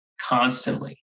constantly